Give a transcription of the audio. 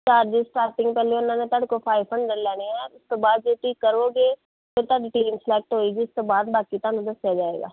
charges starting ਪਹਿਲੇ ਉਹਨਾਂ ਨੇ ਤੁਹਾਡੇ ਕੋਲ ਫਾਈਵ ਹੰਡਰਡ ਲੈਣੇ ਹੈ ਉਸ ਤੋਂ ਬਾਅਦ ਜੇ ਤੁਸੀਂ ਕਰੋਂਗੇ ਫਿਰ ਤੁਹਾਡੀ ਟੀਮ ਸਿਲੈਕਟ ਹੋਏਗੀ ਉਸ ਤੋਂ ਬਾਅਦ ਬਾਕੀ ਤੁਹਾਨੂੰ ਦੱਸਿਆ ਜਾਏਗਾ